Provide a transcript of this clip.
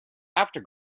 after